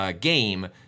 game